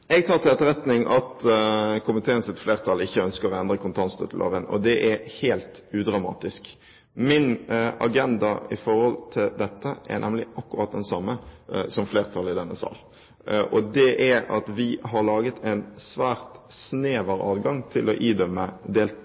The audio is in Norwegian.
Jeg tar til etterretning at komiteens flertall ikke ønsker å endre kontantstøtteloven, og det er helt udramatisk. Min agenda når det gjelder dette, er nemlig akkurat den samme som flertallet i denne sal har, at vi har gitt en svært snever adgang til å idømme delt